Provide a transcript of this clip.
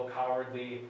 cowardly